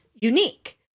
unique